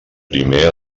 primer